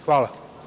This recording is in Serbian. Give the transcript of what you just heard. Hvala.